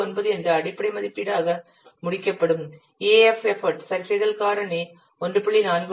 9 என்ற அடிப்படை மதிப்பீடாக முடிக்கப்படும் EAF எஃபர்ட் சரிசெய்தல் காரணி 1